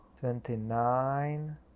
twenty-nine